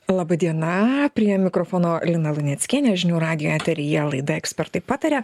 laba diena prie mikrofono lina luneckienė žinių radijo eteryje laida ekspertai pataria